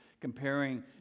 comparing